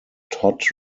todd